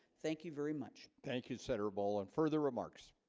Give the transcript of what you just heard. thank you very much thank you senator ball and further remarks